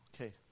Okay